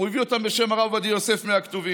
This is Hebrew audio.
הוא הביא אותם בשם הרב עובדיה יוסף מהכתובים.